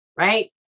Right